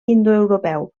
indoeuropeu